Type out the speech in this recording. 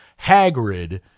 Hagrid